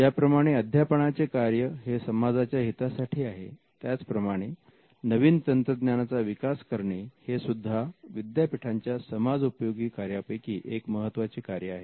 ज्याप्रमाणे अध्यापनाचे कार्य हे समाजाच्या हितासाठी आहे त्याचप्रमाणे नवीन तंत्रज्ञानाचा विकास करणे हेसुद्धा विद्यापीठांच्या समाजोपयोगी कार्यापैकी एक महत्त्वाचे कार्य आहे